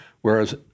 whereas